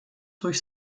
durch